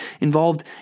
involved